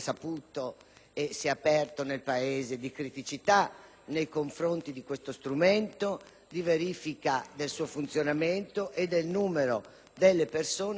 nei confronti di questo strumento, riguardo la verifica del suo funzionamento e del numero delle persone che effettivamente riescono a utilizzarlo.